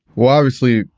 well, obviously,